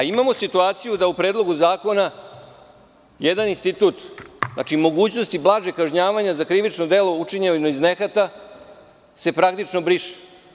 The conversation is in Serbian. Imamo situaciju da u Predlogu zakona jedan institut, znači - mogućnosti blažeg kažnjavanja za krivično delo učinjeno iz nehata, se praktično briše.